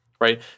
right